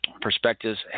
perspectives